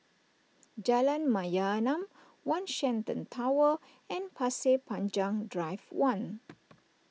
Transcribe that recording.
Jalan Mayaanam one Shenton Tower and Pasir Panjang Drive one